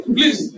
Please